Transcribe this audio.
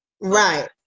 Right